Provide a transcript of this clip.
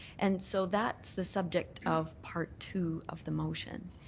and so that's the subject of part two of the motion.